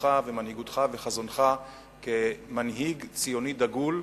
ואישיותך ומנהיגותך וחזונך כמנהיג ציוני דגול,